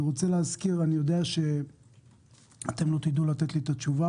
אני יודע שאתם לא תדעו לתת לי את התשובה,